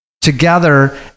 Together